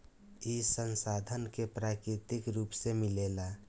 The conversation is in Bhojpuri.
ई संसाधन के प्राकृतिक रुप से मिलेला